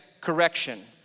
correction